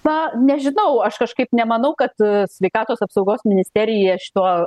na nežinau aš kažkaip nemanau kad sveikatos apsaugos ministerija šituo